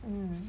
mm